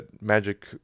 magic